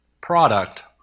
product